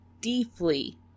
deeply